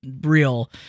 real